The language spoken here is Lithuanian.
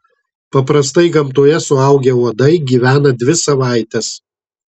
paprastai gamtoje suaugę uodai gyvena dvi savaites